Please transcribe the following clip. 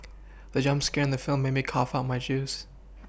the jump scare in the film made me cough out my juice